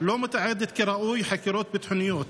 ולא מתעדת כראוי חקירות ביטחוניות,